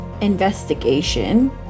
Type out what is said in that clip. investigation